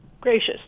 gracious